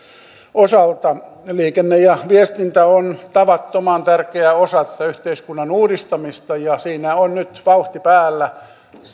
osalta liikenne ja viestintä on tavattoman tärkeä osa tätä yhteiskunnan uudistamista ja siinä on nyt vauhti päällä